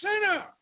sinner